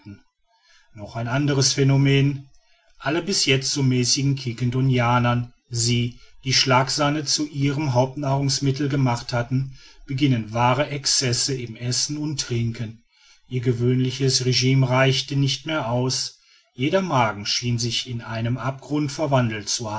noch ein anderes phänomen alle bis jetzt so mäßigen quiquendonianer sie die schlagsahne zu ihrem hauptnahrungsmittel gemacht hatten begingen wahre excesse im essen und trinken ihr gewöhnliches regime reichte nicht mehr aus jeder magen schien sich in einen abgrund verwandelt